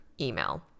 email